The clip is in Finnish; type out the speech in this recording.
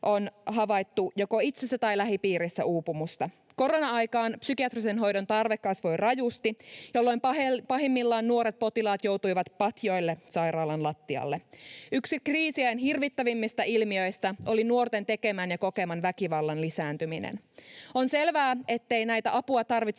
on havaittu uupumusta joko itsessä tai lähipiirissä. Korona-aikaan psykiatrisen hoidon tarve kasvoi rajusti, jolloin pahimmillaan nuoret potilaat joutuivat patjoille sairaalan lattialle. Yksi kriisiajan hirvittävimmistä ilmiöistä oli nuorten tekemän ja kokeman väkivallan lisääntyminen. On selvää, ettei näitä apua tarvitsevia